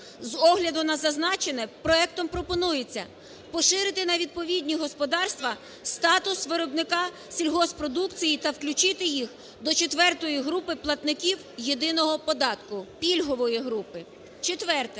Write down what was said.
З огляду на зазначене проектом пропонується поширити на відповідні господарства статус виробника сільгосппродукції та включити їх до четвертої групи платників єдиного податку, пільгової групи. Четверте.